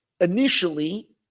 initially